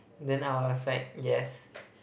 then I was like yes